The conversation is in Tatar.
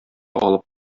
алып